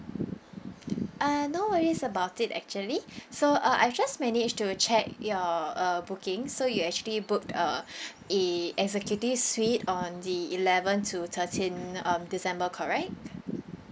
uh no worries about it actually so uh I've just manage to check your uh booking so you actually booked a a executive suite on the eleventh to thirteenth um december correct